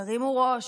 תרימו ראש,